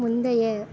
முந்தைய